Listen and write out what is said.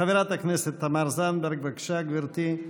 חברת הכנסת תמר זנדברג, בבקשה, גברתי.